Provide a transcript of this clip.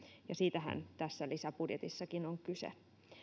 ja siitähän tässä lisäbudjetissakin on kyse